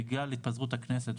בגלל התפזרות הכנסת,